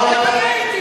גם אני הייתי,